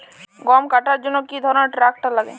গম কাটার জন্য কি ধরনের ট্রাক্টার লাগে?